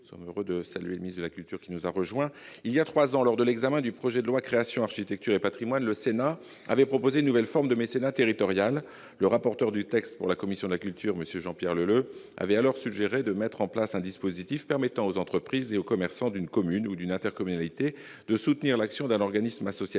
de la culture, qui nous a rejoints. Il y a trois ans, lors de l'examen du projet de loi relatif à la liberté de la création, à l'architecture et au patrimoine, la loi LCAP, le Sénat avait proposé une nouvelle forme de mécénat territorial. Le rapporteur du texte pour la commission de la culture, M. Jean-Pierre Leleux, avait alors suggéré de mettre en place un dispositif permettant aux entreprises et aux commerçants d'une commune ou d'une intercommunalité de soutenir l'action d'un organisme associatif